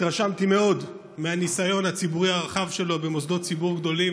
התרשמתי מאוד מהניסיון הציבורי הרחב שלו במוסדות ציבור גדולים,